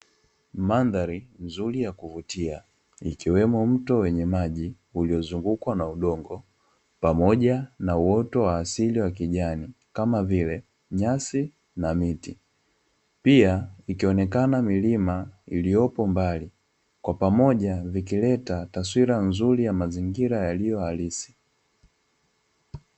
Mandhari nzuri ya kuvutia ikiwemo mto wenye maji uliozungukwa na udongo pamoja na uoto wa asili wa kijani, kama vile nyasi na miti pia ikionekana milima iliyopo mbali kwa pamoja vikileta taswira nzuri ya mazingira yaliyo halisi.